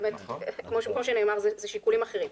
כמו שנאמר, אלה שיקולים אחרים.